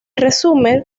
resumen